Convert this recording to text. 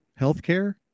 healthcare